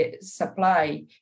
supply